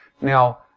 Now